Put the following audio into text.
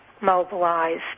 mobilized